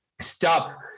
stop